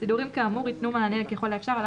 סידורים כאמור יתנו מענה ככל האפשר על